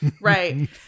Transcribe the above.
right